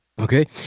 Okay